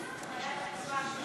בבקשה.